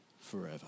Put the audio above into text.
forever